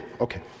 Okay